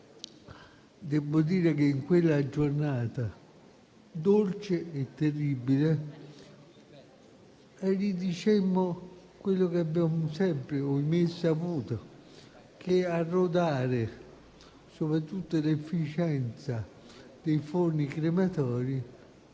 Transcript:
Debbo dire che in quella giornata dolce e terribile dicemmo quello che abbiamo sempre - ahimè - saputo, ossia che a rodare soprattutto l'efficienza dei forni crematori